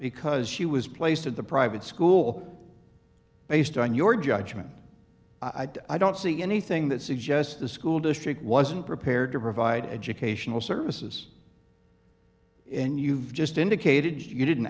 because she was placed in the private school based on your judgment i don't see anything that suggests the school district wasn't prepared to provide educational services in you've just indicated you didn't